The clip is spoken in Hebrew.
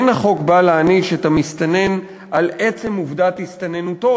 אין החוק בא להעניש את המסתנן על עצם עובדת הסתננותו,